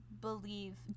believe